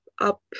up